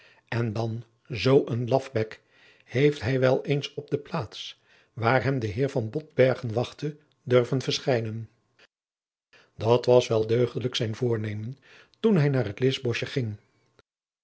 en dan zoo een lafbek heeft hij wel eens op de plaats waar hem de heer van botbergen wachtte durven verschijnen dat was wel deugdelijk zijn voornemen toen hij naar het lischboschje ging